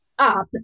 Up